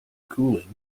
cooling